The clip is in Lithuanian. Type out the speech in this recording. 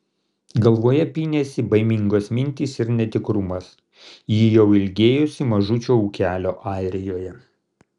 galvoje pynėsi baimingos mintys ir netikrumas ji jau ilgėjosi mažučio ūkelio airijoje